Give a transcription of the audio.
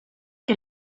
que